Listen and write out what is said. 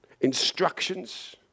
instructions